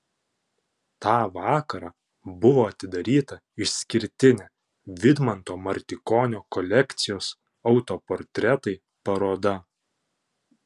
tą vakarą buvo atidaryta išskirtinė vidmanto martikonio kolekcijos autoportretai paroda